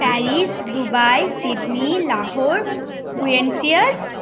Paris Dubai Sydney Lahore Buenos years